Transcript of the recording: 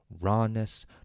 rawness